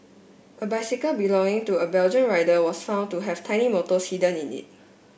a bicycle belonging to a Belgian rider was found to have tiny motors hidden in it